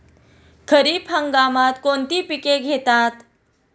खरीप हंगामात कोणती पिके घेतात?